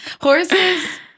Horses